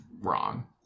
wrong